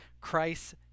Christ